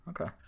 okay